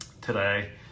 today